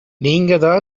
நீங்க